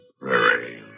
prairie